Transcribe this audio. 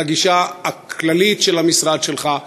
על הגישה הכללית של המשרד שלך,